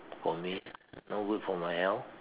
for me no good for my health